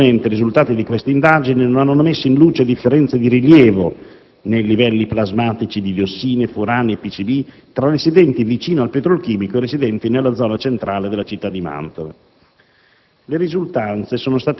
ha sottolineato che «complessivamente, i risultati di questa indagine non hanno messo in luce differenze di rilievo nei livelli plasmatici di diossine, furani e PCB tra residenti vicino al petrolchimico e residenti nella zona centrale della città di Mantova».